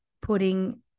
putting